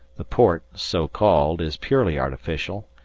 the port, so-called, is purely artificial,